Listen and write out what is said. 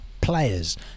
players